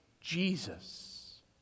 Jesus